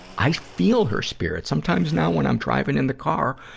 i feel her spirit. sometimes now, when i'm driving in the car,